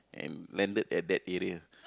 and landed at that area